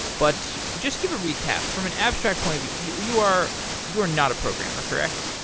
but just give a recap. from an abstract point of view you you are you are not a programmer, correct?